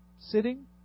sitting